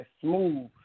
Smooth